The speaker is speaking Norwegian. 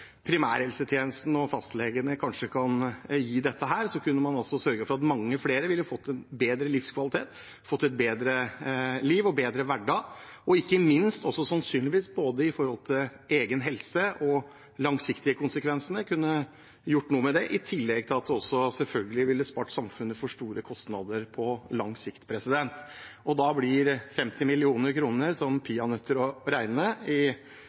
primærhelsetjenesten og fastlegene kanskje kan gi dette her, så kunne man sørget for at mange flere ville fått bedre livskvalitet, fått et bedre liv og en bedre hverdag. Det kunne sannsynligvis gjort noe med både egen helse og de langsiktige konsekvensene, i tillegg til at det selvfølgelig ville spart samfunnet for store kostnader på lang sikt. Da blir 50 mill. kr som peanøtter å regne i